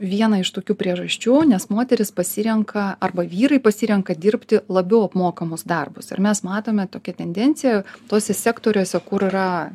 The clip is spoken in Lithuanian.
viena iš tokių priežasčių nes moterys pasirenka arba vyrai pasirenka dirbti labiau apmokamus darbus ir mes matome tokią tendenciją tuose sektoriuose kur yra